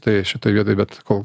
tai šitoj vietoj bet kol